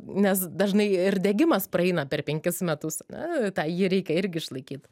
nes dažnai ir degimas praeina per penkis metus na tą jį reikia irgi išlaikyt